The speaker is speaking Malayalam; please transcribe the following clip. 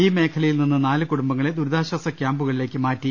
ഈ മേഖലയിൽ നിന്ന് നാല് കൂടുംബങ്ങളെ ദൂരിതാശ്ചാസ ക്യാമ്പുകളിലേക്ക് മാറ്റി